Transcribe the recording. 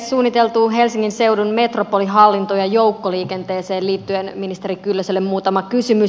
suunniteltuun helsingin seudun metropolihallintoon ja joukkoliikenteeseen liittyen ministeri kyllöselle muutama kysymys